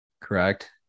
Correct